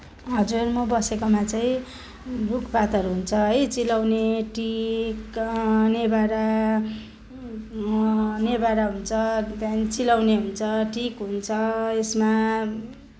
हजुर म बसेकोमा चाहिँ रुखपातहरू हुन्छ है चिलाउने टिक नेभारा नेभारा हुन्छ त्यहाँदेखि चिलाउने हुन्छ टिक हुन्छ यसमा